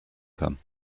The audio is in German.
kann